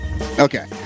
Okay